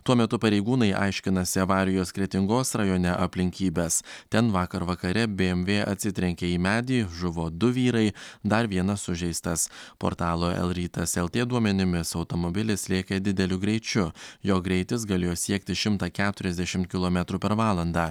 tuo metu pareigūnai aiškinasi avarijos kretingos rajone aplinkybes ten vakar vakare bmw atsitrenkė į medį žuvo du vyrai dar vienas sužeistas portalo l rytas lt duomenimis automobilis lėkė dideliu greičiu jo greitis galėjo siekti šimtą keturiasdešimt kilometrų per valandą